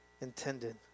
intended